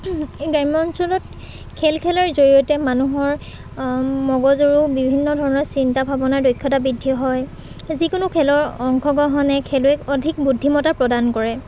গ্ৰাম্য অঞ্চলত খেল খেলাৰ জৰিয়তে মানুহৰ মগজৰো বিভিন্ন ধৰণৰ চিন্তা ভাৱনাৰ দক্ষতা বৃদ্ধি হয় যিকোনো খেলৰ অংশগ্ৰহণে খেলুৱৈক অধিক বুদ্ধিমতা প্ৰদান কৰে